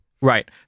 Right